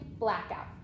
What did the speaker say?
Blackout